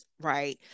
right